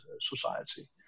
society